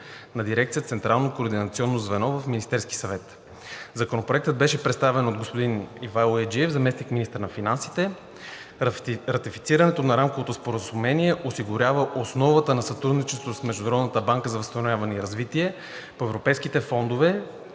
звено“ в Министерския съвет. Законопроектът беше представен от господин Ивайло Яйджиев, заместник-министър на финансите. Ратифицирането на Рамковото споразумение осигурява основата за сътрудничество с Международната банка за възстановяване и развитие (МБВР) по европейските фондове,